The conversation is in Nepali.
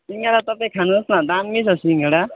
सिङ्गडा तपाईँ खानुहोस् न दामी छ सिङ्गडा